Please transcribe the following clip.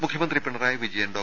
മുഖ്യമന്ത്രി പിണറായി വിജയൻ ഡോ